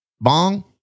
bong